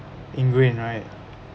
ingrained right